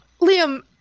Liam